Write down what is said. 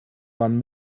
man